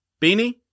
Beanie